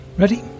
ready